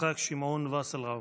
יצחק שמעון וסרלאוף.